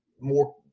more